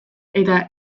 eta